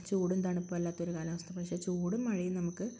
ചൂടും തണുപ്പുമല്ലാത്തൊരു കാലാവസ്ഥ പക്ഷേ ചൂടും മഴയും നമുക്ക്